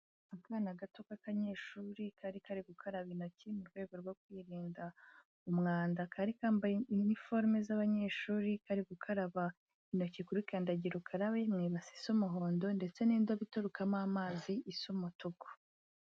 Akana gato k'akabanyeshuri kari kari gukaraba intoki mu rwego rwo kwirinda umwanda, kari kambaye iniforume z'abanyeshuri kari gukaraba intoki kuri kandagira ukarabe mu ibase isa umuhondo ndetse n'indobyo iturukamo amazi isa umutuku.